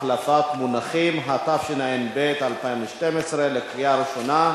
(החלפת מונחים), התשע"ב 2012, קריאה ראשונה.